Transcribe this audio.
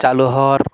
চালু হওয়ার